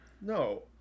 No